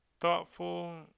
thoughtful